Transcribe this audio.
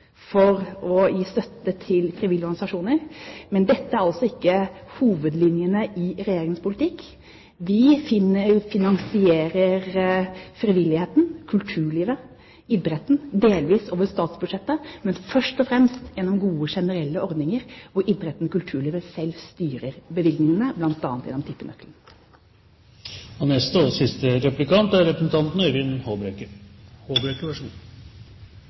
for å gi støtte til frivillige organisasjoner, men dette er altså ikke hovedlinjene i Regjeringens politikk. Vi finansierer frivilligheten, kulturlivet og idretten delvis over statsbudsjettet, men først og fremst gjennom gode, generelle ordninger hvor idretten og kulturlivet selv styrer bevilgningene, bl.a. gjennom